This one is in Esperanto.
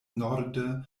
norde